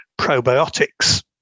probiotics